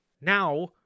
now